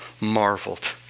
marveled